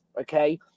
okay